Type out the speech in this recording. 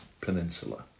Peninsula